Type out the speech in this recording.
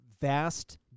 vast